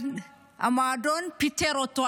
המועדון פיטר אותו.